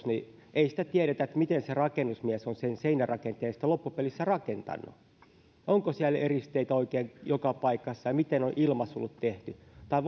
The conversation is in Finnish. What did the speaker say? niin ei sitä tiedetä miten se rakennusmies on sen seinärakenteen sitten loppupelissä rakentanut onko siellä eristeitä oikein joka paikassa ja miten on ilmasulut tehty tai